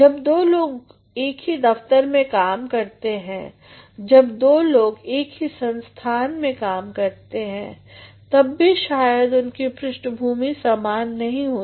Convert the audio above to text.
जब दो लोग एक ही दफ्तर में काम करते हैं जब दो दोस्त एक ही संस्थान में काम करते हैं तब भी शायद उनकी पृष्ठभूमि सामान नहीं हो